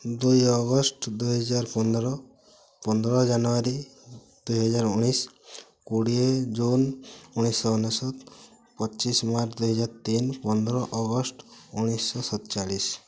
ଦୁଇ ଅଗଷ୍ଟ ଦୁଇହଜାର ପନ୍ଦର ପନ୍ଦର ଜାନୁଆରୀ ଦୁଇହଜାର ଉଣେଇଶିଶହ କୋଡ଼ିଏ ଜୁନ୍ ଉଣେଇଶିଶହ ଅନେଶତ ପଚିଶି ମାର୍ଚ୍ଚ ଦୁଇହଜାର ତିନି ପନ୍ଦର ଅଗଷ୍ଟ ଉଣେଇଶିଶହ ସତଚାଳିଶି